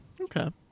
okay